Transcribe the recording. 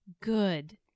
good